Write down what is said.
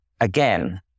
again